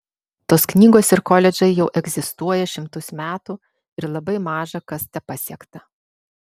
tos knygos ir koledžai jau egzistuoja šimtus metų ir labai maža kas tepasiekta